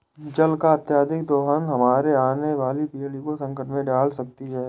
जल का अत्यधिक दोहन हमारे आने वाली पीढ़ी को संकट में डाल सकती है